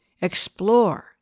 Explore